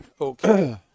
Okay